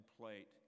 plate